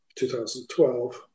2012